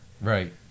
Right